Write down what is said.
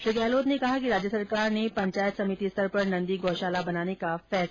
श्री गहलोत ने कहा कि राज्य सरकार ने पंचायत समितिं स्तर पर नंदी गौशाला बनाने का फैसला किया है